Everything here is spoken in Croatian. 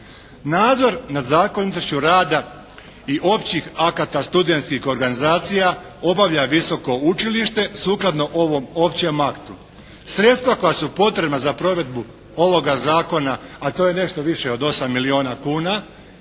Nadzor nad zakonitošću rada i općih akata studentskih organizacija obavlja visoko učilište sukladno ovom općem aktu. Sredstva koja su potrebna za provedbu ovoga zakona a to je nešto više od 8 milijuna kuna